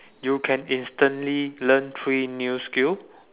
you can instantly learn three new skill